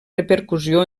repercussió